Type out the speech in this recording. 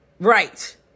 right